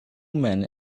men